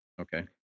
Okay